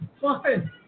Fine